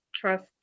trust